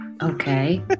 Okay